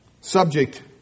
Subject